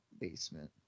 basement